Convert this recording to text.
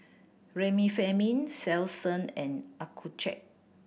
Remifemin Selsun and Accucheck